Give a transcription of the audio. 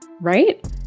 Right